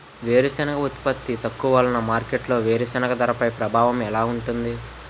వేరుసెనగ ఉత్పత్తి తక్కువ వలన మార్కెట్లో వేరుసెనగ ధరపై ప్రభావం ఎలా ఉంటుంది?